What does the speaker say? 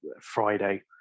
Friday